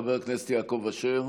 חבר הכנסת יעקב אשר.